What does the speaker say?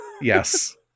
Yes